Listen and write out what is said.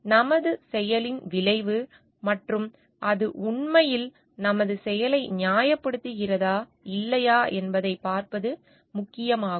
நமது செயலின் விளைவு மற்றும் அது உண்மையில் நமது செயலை நியாயப்படுத்துகிறதா இல்லையா என்பதை பார்ப்பது முக்கியமாகும்